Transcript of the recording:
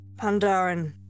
Pandaren